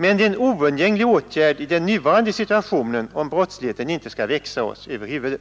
Men det är en oundgänglig åtgärd i den nuvarande situationen, om brottsligheten inte skall växa oss över huvudet.